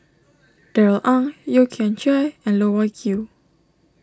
Darrell Ang Yeo Kian Chai and Loh Wai Kiew